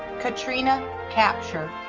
katrina kapture.